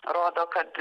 rodo kad